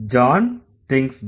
John thinks that